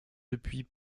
depuis